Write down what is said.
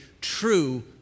true